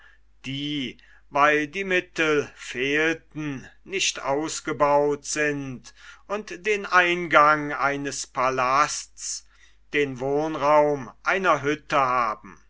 die weil die mittel fehlten nicht ausgebaut sind und den eingang eines pallasts den wohnraum einer hütte haben